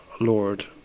Lord